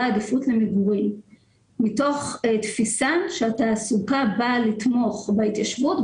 עדיפות למגורים מתוך תפיסה שהתעסוקה באה לתמוך בהתיישבות,